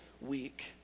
week